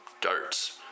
Darts